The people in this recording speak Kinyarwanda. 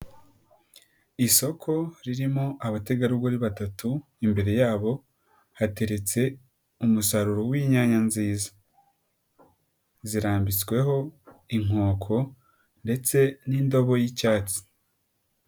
Isoko ririmo abategarugori batatu, imbere yabo hateretse umusaruro w'inyanya nziza, zirambitsweho inkoko ndetse n'indobo y'icyatsi.